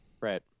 Right